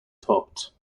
topped